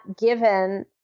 given